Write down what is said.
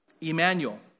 Emmanuel